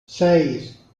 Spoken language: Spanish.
seis